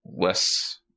less